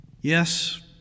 Yes